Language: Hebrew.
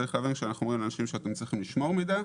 צריך להבין שכאשר אנחנו אומרים לאנשים שצריך לשמור מידע,